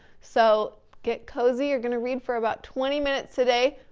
so, get cozy you're gonna read for about twenty minutes today,